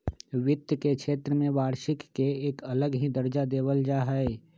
वित्त के क्षेत्र में वार्षिक के एक अलग ही दर्जा देवल जा हई